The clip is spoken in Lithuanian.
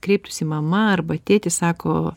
kreiptųsi mama arba tėti sako